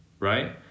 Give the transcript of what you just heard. right